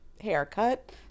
haircut